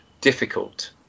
difficult